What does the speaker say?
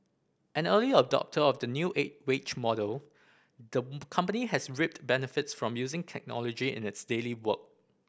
an early adopter of the new wage model the company has reaped benefits from using technology in its daily work